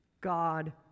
God